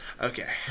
okay